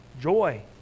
joy